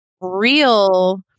real